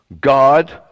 God